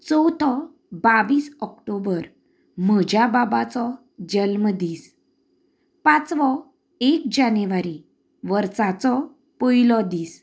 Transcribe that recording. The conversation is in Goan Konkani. चवथो बावीस ऑक्टोबर म्हज्या बाबाचो जल्म दीस पांचवो एक जानेवारी वर्साचो पयलो दीस